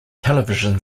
television